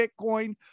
Bitcoin